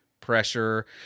pressure